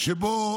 שבו